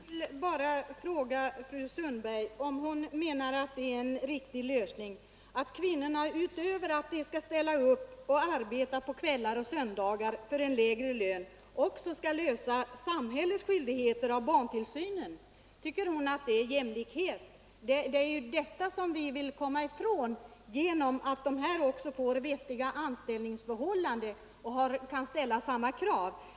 Fru talman! Jag vill bara fråga fru Sundberg om hon menar att det är en riktig lösning att kvinnorna, utöver att de skall ställa upp och arbeta på kvällar och söndagar för en lägre lön, också skall lösa samhällets skyldigheter i fråga om barntillsynen. Tycker fru Sundberg att det är jämlikhet? Det är ju detta som vi vill komma ifrån genom att denna personal också får vettiga anställningsförhållanden och kan ställa samma krav som andra.